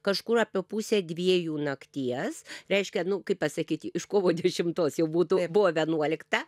kažkur apie pusė dviejų nakties reiškia nu kaip pasakyti iš kovo dešimtos jau būtų buvo vienuolikta